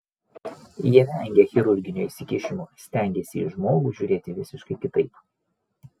jie vengia chirurginio įsikišimo stengiasi į žmogų žiūrėti visiškai kitaip